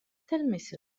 تلمس